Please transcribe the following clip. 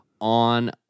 on